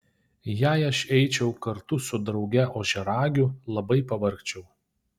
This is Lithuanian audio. jei aš eičiau kartu su drauge ožiaragiu labai pavargčiau